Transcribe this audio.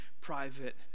private